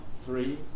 three